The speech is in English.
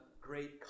great